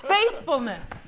Faithfulness